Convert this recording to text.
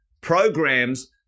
programs